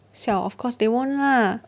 siao of course they won't lah